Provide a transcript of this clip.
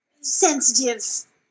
sensitive